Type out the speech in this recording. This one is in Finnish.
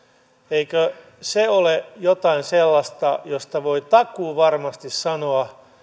eikö se ole jotain sellaista josta voi takuuvarmasti sanoa